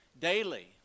daily